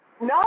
No